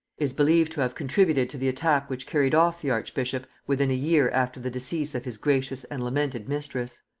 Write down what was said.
is believed to have contributed to the attack which carried off the archbishop within a year after the decease of his gracious and lamented mistress.